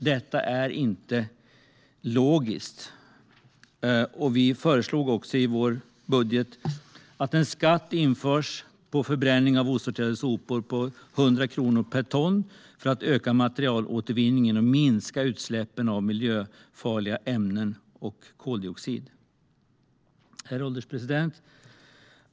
Det är inte logiskt. Vi föreslog också i vår budget att en skatt på 100 kronor per ton införs på förbränning av osorterade sopor för att öka materialåtervinningen och minska utsläppen av miljöfarliga ämnen och koldioxid. Herr ålderspresident!